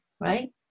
right